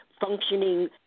functioning